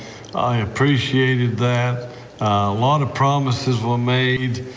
i appreciated that a lot of promises were made,